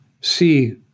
see